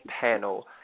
panel